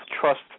trust